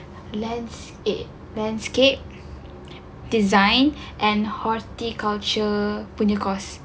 landscape landscape design and horticulture punya course